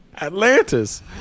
Atlantis